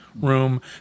room